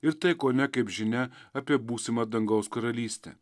ir tai kone kaip žinia apie būsimą dangaus karalystę